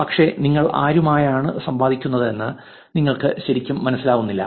പക്ഷെ നിങ്ങൾ ആരുമായാണ് സംവദിക്കുന്നതെന്ന് നിങ്ങൾക്ക് ശരിക്കും മനസ്സിലാകുന്നില്ല